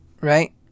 right